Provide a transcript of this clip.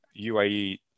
UAE